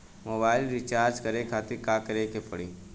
Mobile recharge करे खातिर का करे के पड़ी?